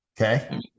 okay